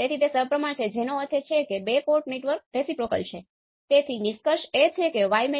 તેથી ઋણાત્મક ફીડબેક